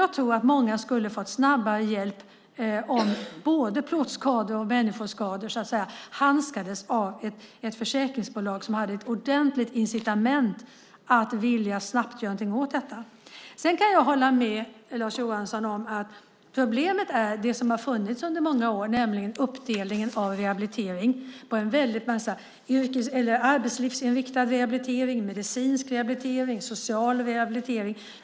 Jag tror att många skulle få snabbare hjälp om både plåtskador och människoskador så att säga handhades av ett försäkringsbolag som hade ordentligt incitament att vilja göra någonting åt detta snabbt. Sedan kan jag hålla med Lars Johansson om det problem som har funnits under många år, nämligen uppdelningen av rehabilitering på en väldig massa sätt. Det finns arbetslivsinriktad rehabilitering, medicinsk rehabilitering och social rehabilitering.